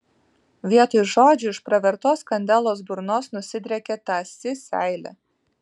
vietoj žodžių iš pravertos kandelos burnos nusidriekė tąsi seilė